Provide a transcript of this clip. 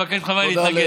אני מבקש מחבריי להתנגד.